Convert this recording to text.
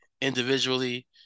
individually